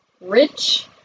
Rich